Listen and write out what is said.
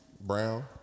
Brown